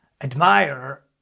admire